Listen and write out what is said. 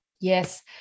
Yes